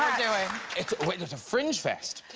its wait. there's a fringe fest